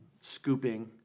scooping